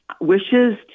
wishes